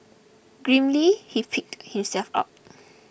grimly he picked himself up